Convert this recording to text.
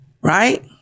right